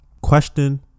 question